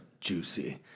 juicy